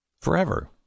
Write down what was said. Forever